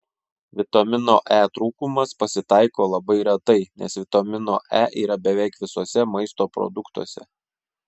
vitamino e trūkumas pasitaiko labai retai nes vitamino e yra beveik visuose maisto produktuose